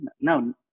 No